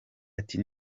ati